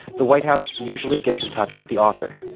the white house usually gets in touch with the author.